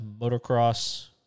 motocross